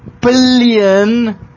billion